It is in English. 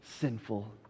sinful